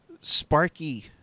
sparky